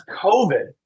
COVID